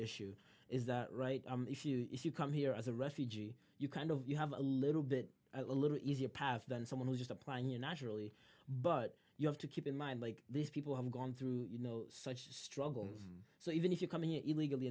issue is that right if you if you come here as a refugee you kind of you have a little bit a little easier path than someone who just applying you naturally but you have to keep in mind like these people have gone through you know such a struggle so even if you come here illegally